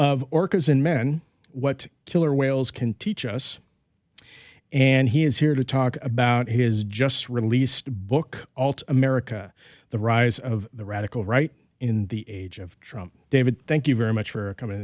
orca's in men what killer whales can teach us and he is here to talk about his just released book allt america the rise of the radical right in the age of trump david thank you very much for com